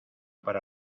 para